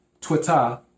Twitter